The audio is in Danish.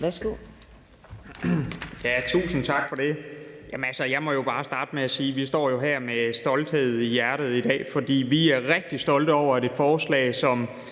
Tusind tak for det. Jeg må jo bare starte med at sige, at vi står her i dag med stolthed i hjertet, for vi er rigtig stolte over, at et forslag, som